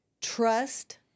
trust